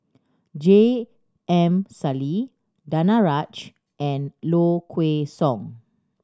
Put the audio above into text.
J M Sali Danaraj and Low Kway Song